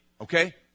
okay